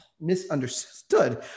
misunderstood